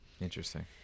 Interesting